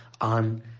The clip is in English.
on